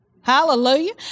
Hallelujah